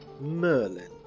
Merlin